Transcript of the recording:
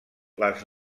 les